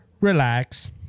relax